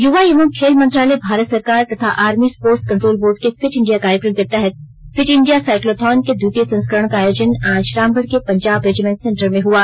युवा एवं खेल मंत्रालय भारत सरकार तथा आर्मी स्पोर्ट्स कंट्रोल बोर्ड के फिट इंडिया कार्यक्रम के तहत फिट इंडिया साइक्लोथॉन के द्वितीय संस्करण का आयोजन आज रामगढ़ के पंजाब रेजिमेंट सेन्टर में हुआ